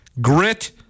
grit